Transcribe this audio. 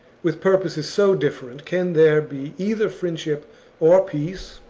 with purposes so different, can there be either, friendship or peace?